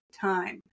time